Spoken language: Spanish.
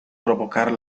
provocar